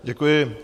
Děkuji.